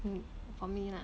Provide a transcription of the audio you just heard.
mm for me lah